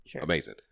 amazing